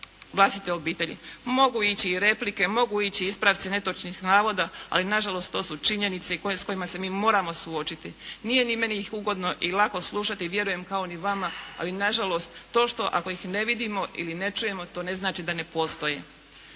vlastite obitelji. Mogu ići i replike, mogu ići ispravci netočnih navoda, ali nažalost to su činjenice s kojima se mi moramo suočiti. Nije ni meni ih ugodno i lako slušati, vjerujem kao i vama. Ali nažalost, to što ako ih ne vidimo ili ne čujemo to znači da ne postoje.